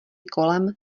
kolem